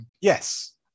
Yes